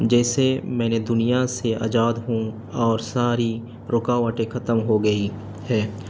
جیسے میں نے دنیا سے آزاد ہوں اور ساری رکاوٹیں ختم ہو گئی ہے